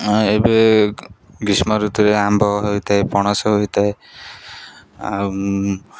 ଏବେ ଗ୍ରୀଷ୍ମ ଋତୁରେ ଆମ୍ବ ହୋଇଥାଏ ପଣସ ହୋଇଥାଏ ଆଉ